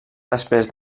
després